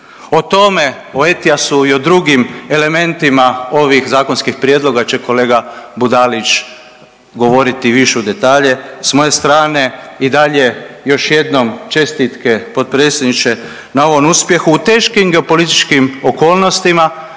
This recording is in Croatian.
O tome, o ETIAS-u i o drugim elementima ovih zakonskih prijedloga će kolega Budalić govoriti više u detalje. Sa moje strane i dalje još jednom čestitke potpredsjedniče na ovom uspjehu. U teškim geopolitičkim okolnostima